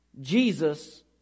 Jesus